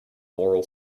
moral